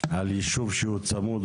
על ישוב שהוא צמוד,